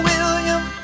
William